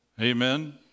Amen